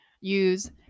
use